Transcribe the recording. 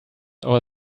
our